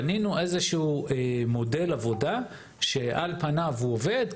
בנינו איזשהו מודל עבודה שעל פניו הוא עובד.